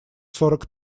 сорок